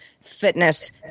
fitness